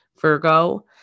Virgo